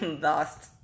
lost